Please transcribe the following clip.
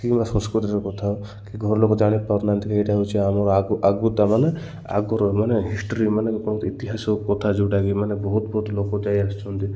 କିମ୍ବା ସଂସ୍କୃତିର କଥା କି ଘର ଲୋକ ଜାଣିପାରୁନାହାନ୍ତି ଏଇଟା ହଉଛି ଆମର ଆଗ ଆଗକୁ ତା ମାନେ ଆଗର ମାନେ ହିଷ୍ଟ୍ରୀ ମାନେ ଯେଉଁ କହନ୍ତି ଇତିହାସ କଥା ଯେଉଁଟାକି ମାନେ ବହୁତ ବହୁତ ଲୋକ ଯାଇ ଆସୁଛନ୍ତି